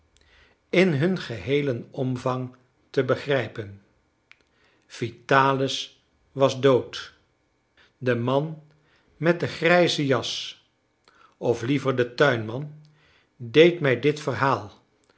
in hun geheelen omvang te begrijpen vitalis was dood de man met de grijze jas of liever de tuinman deed mij dit verhaal